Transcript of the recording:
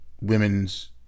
women's